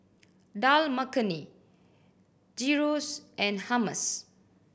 Dal Makhani Gyros and Hummus